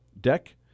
deck